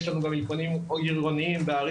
הרי יש לנו גם אולפנים עירוניים בערים